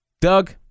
Doug